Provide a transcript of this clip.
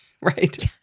right